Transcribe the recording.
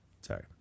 Sorry